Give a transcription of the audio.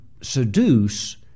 seduce